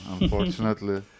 unfortunately